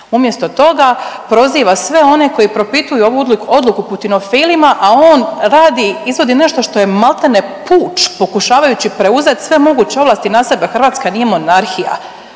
Umjesto toga proziva sve one koji propituju ovu odluku putinofilima, a on radi, izvodi nešto što je maltene puč pokušavajući preuzeti sve moguće ovlasti na sebe. Hrvatska nije monarhija.